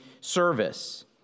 service